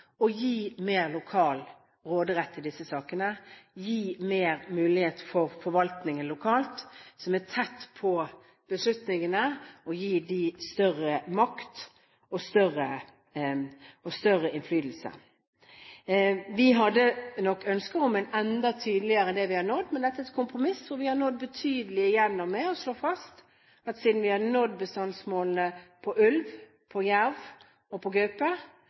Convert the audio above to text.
å gi mer lokal råderett i disse sakene, gi bedre mulighet for forvaltningen lokalt, som er tett på beslutningene, til større makt og større innflytelse. Vi hadde nok et ønske om å få dette til enda tydeligere, men dette er et kompromiss hvor vi har slått fast at siden vi har nådd bestandsmålene på ulv, på jerv og på gaupe,